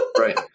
right